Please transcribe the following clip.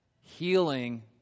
healing